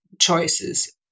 choices